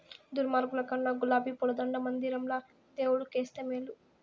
దుర్మార్గుల కన్నా గులాబీ పూల దండ మందిరంల దేవుడు కేస్తే మేలు